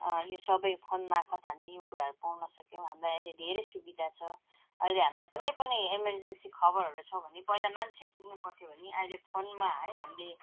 यो सब फोन मार्फत हामीले यो कुराहरू पाउन सक्यौँ हामीलाई अहिले धेरै सुविधा छ अहिले हामीलाई कुनै पनि इमर्जेन्सी खबरहरू छ भने पहिला मान्छे पुग्नु पर्थ्यो भने अहिले फोनमा है हामीले